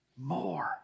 More